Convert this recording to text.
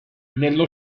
nello